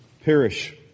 perish